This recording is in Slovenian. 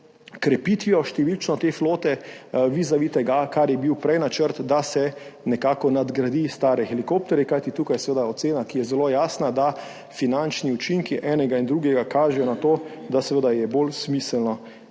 krepitvijo te flote vizavi tega, kar je bil prej načrt, da se nekako nadgradi stare helikopterje, kajti tukaj je seveda ocena, ki je zelo jasna, da finančni učinki enega in drugega kažejo na to, da je bolj smiselno,